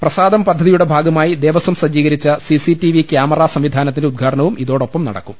പ്രസാദം പദ്ധതി യുടെ ഭാഗമായി ദേവസ്വം സജ്ജീകരിച്ച സിസിടിവി കൃാമറാ സംവിധാനത്തിന്റെ ഉദ്ഘാടനവും ഇതോടൊപ്പം നടക്കും